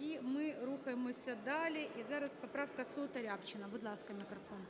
І ми рухаємося далі. І зараз поправка 100 Рябчина. Будь ласка, мікрофон.